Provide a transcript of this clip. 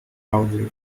loudly